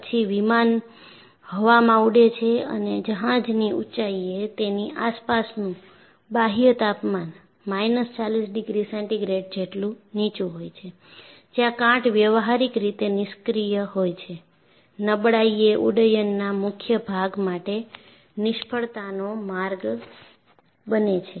પછી વિમાન હવામાં ઉડે છે અને જહાજ ની ઊંચાઈએ તેની આસપાસનું બાહ્ય તાપમાન માઈનસ 40 ડિગ્રી સેન્ટિગ્રેડ જેટલું નીચું હોય છે જ્યાં કાટ વ્યવહારીક રીતે નિષ્ક્રિય હોય છે નબળાઈ એ ઉડ્ડયનના મુખ્ય ભાગ માટે નિષ્ફળતાનો માર્ગ બને છે